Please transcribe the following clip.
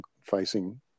facing